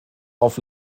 auf